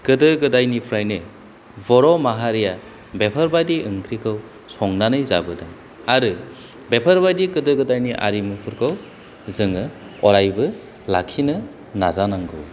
गोदो गोदायनिफ्रायनो बर' माहारिया बेफोरबादि ओंख्रिखौ संनानै जाबोदों आरो बेफोरबादि गोदो गोदायनि आरिमुफोरखौ जोङो अरायबो लाखिनो नाजानांगौ